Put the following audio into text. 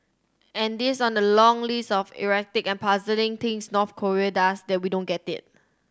and this on the long list of erratic and puzzling things North Korea does that we don't get it